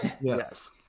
Yes